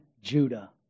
Judah